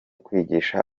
kwigisha